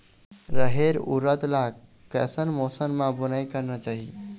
रहेर उरद ला कैसन मौसम मा बुनई करना चाही?